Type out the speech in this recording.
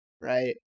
right